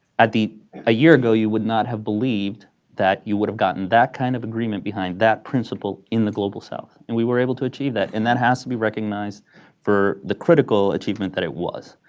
at the a year ago you would not have believed that you would have gotten that kind of agreement behind that principle in the global south. and we were able to achieve that, and that has to be recognized for the critical achievement that it was.